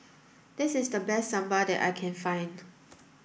this is the best Sambar that I can find